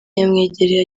yamwegereye